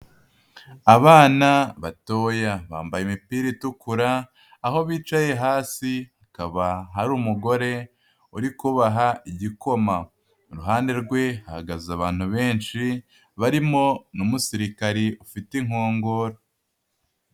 Abana batoya bambaye imipira itukura, aho bicaye hasi hakaba hari umugore uri kubaha igikoma, iruhande rwe hahagaze abantu benshi barimo n'umusirikari ufite inkongoro.